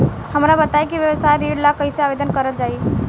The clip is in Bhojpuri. हमरा बताई कि व्यवसाय ऋण ला कइसे आवेदन करल जाई?